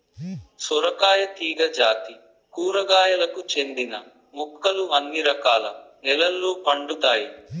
సొరకాయ తీగ జాతి కూరగాయలకు చెందిన మొక్కలు అన్ని రకాల నెలల్లో పండుతాయి